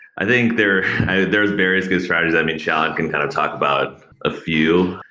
i think there's there's various good strategies. i mean, shailin can kind of talk about a few.